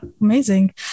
amazing